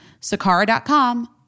Sakara.com